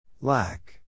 Lack